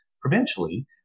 provincially